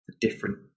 different